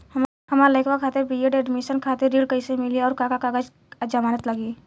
हमार लइका खातिर बी.ए एडमिशन खातिर ऋण कइसे मिली और का का कागज आ जमानत लागी?